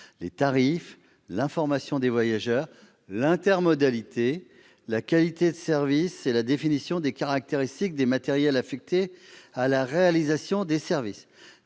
les tarifs, l'information des voyageurs, l'intermodalité, la qualité de service et la définition des caractéristiques des matériels affectés à la réalisation des services.